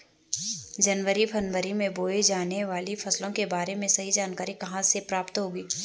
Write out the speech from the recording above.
जनवरी फरवरी में बोई जाने वाली फसलों के बारे में सही जानकारी कहाँ से प्राप्त होगी?